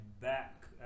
back